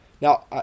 Now